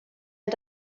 han